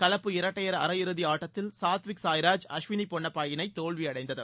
கவப்பு இரட்டையர் அரையிறுதி ஆட்டத்தில் சாத்விக் சாய்ராஜ் அஸ்வின் பொன்னட்பா இணை தோல்வியடைந்தது